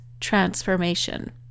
transformation